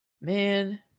Man